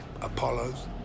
Apollo's